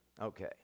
Okay